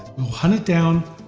we'll hunt it down,